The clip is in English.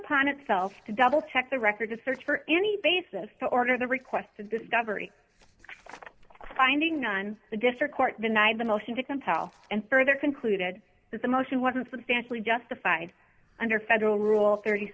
upon itself to double check the record to search for any basis to order the requested discovery finding on the district court denied the motion to compel and further concluded that the motion wasn't substantially justified under federal rule thirty